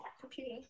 computer